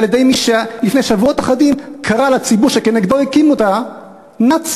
על-ידי מי שלפני שבועות אחדים קרא לציבור שכנגדו הוא הקים אותה "נאצים"?